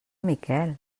miquel